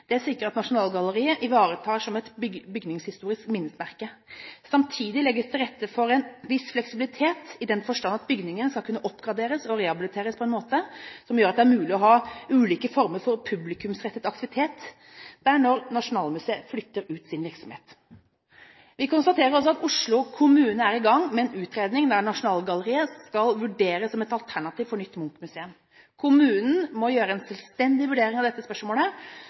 at Nasjonalgalleriet ivaretas som et bygningshistorisk minnesmerke. Samtidig legges det til rette for en viss fleksibilitet, i den forstand at bygningen skal kunne oppgraderes og rehabiliteres på en måte som gjør at det er mulig å ha ulike former for publikumsrettet aktivitet der når Nasjonalmuseet flytter ut sin virksomhet. Vi konstaterer også at Oslo kommune er i gang med en utredning, der Nasjonalgalleriet skal vurderes som et alternativ for nytt Munch-museum. Kommunen må gjøre en selvstendig vurdering av dette spørsmålet.